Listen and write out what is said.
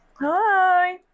Hi